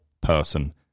person